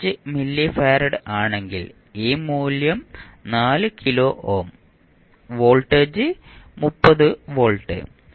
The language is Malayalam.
5 മില്ലി ഫാരഡ് ആണെങ്കിൽ ഈ മൂല്യം 4 കിലോ ഓം വോൾട്ടേജ് 30 വോൾട്ട്